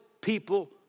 people